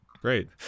Great